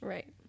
Right